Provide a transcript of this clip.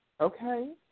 Okay